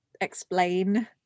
explain